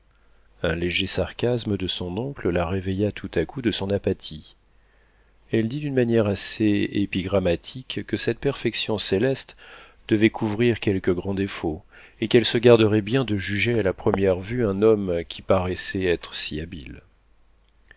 un léger sarcasme de son oncle la réveilla tout à coup de son apathie elle dit d'une manière assez épigrammatique que cette perfection céleste devait couvrir quelque grand défaut et qu'elle se garderait bien de juger à la première vue un homme qui paraissait être si habile